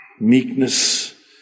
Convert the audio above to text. meekness